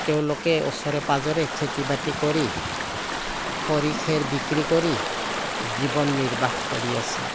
তেওঁলোকে ওচৰে পাঁজৰে খেতি বাতি কৰি খৰি খেৰ বিক্ৰী কৰি জীৱন নিৰ্বাহ কৰি আছে